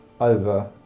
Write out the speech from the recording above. over